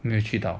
没有去到